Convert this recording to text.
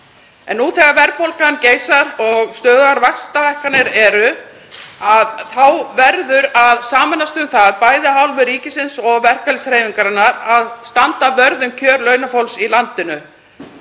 En nú þegar verðbólgan geisar og stöðugar vaxtahækkanir eru þá verður að sameinast um það, bæði af hálfu ríkisins og verkalýðshreyfingarinnar, að standa vörð um kjör launafólks í landinu.